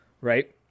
Right